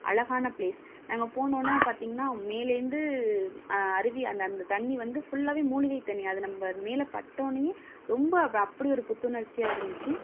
அழகான ப்லேஸ் நாங்கள் போனோன்னே பார்த்திங்கனா மேலேருந்து அருவி அந்தந்த தண்ணி வந்து ஃபுல்லாகவே மூலிகை தண்ணி அதை நம்ப மேலே பட்டோனையே ரொம்ப வ அப்படி ஒரு புத்துணர்ச்சியாக இருந்துச்சு